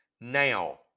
now